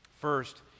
First